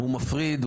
הוא מפריד.